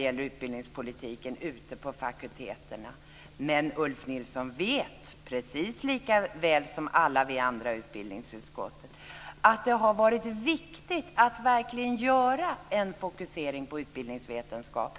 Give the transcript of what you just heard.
gäller utbildningspolitiken ute på fakulteterna. Men Ulf Nilsson vet precis lika väl som alla andra i utbildningsutskottet att det har varit viktigt att verkligen göra en fokusering på utbildningsvetenskap.